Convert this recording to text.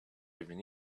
even